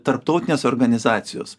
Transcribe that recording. tarptautinės organizacijos